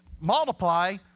multiply